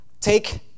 Take